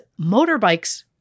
motorbikes